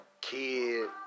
Kid